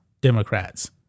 Democrats